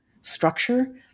structure